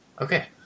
Okay